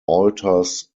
alters